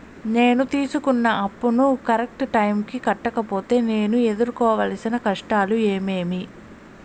నేను తీసుకున్న అప్పును కరెక్టు టైముకి కట్టకపోతే నేను ఎదురుకోవాల్సిన కష్టాలు ఏమీమి?